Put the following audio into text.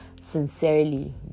sincerely